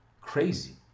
crazy